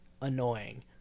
annoying